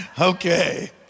Okay